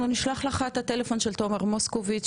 אנחנו נשלח לך את הטלפון של תומר מוסקוביץ',